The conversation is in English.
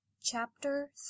Chapter